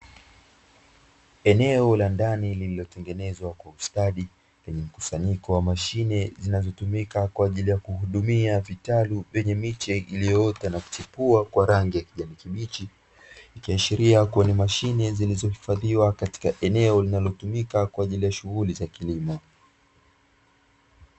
Eneo la ndani lililotengenezwa kwa ustadi lenye mkusanyiko wa mashine, zinazotumika kwa ajili ya kuhudumia vitalu vyenye miche iliyoota na kuchipua kwa rangi ya kijani kibichi, ikiashiria kuwa ni mashine zilizohifadhiwa katika eneo linalotumika kwa ajili ya shughuli za kilimo.